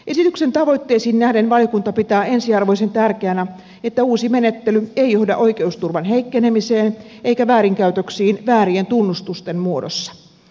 esityksen tavoitteisiin nähden valiokunta pitää ensiarvoisen tärkeänä että uusi menettely ei johda oikeusturvan heikkenemiseen eikä väärinkäytöksiin väärien tunnustusten muodossa